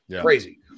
Crazy